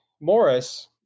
Morris